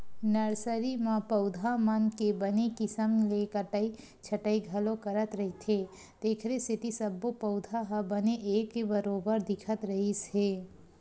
nursery म पउधा मन के बने किसम ले कटई छटई घलो करत रहिथे तेखरे सेती सब्बो पउधा ह बने एके बरोबर दिखत रिहिस हे